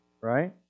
right